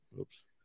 oops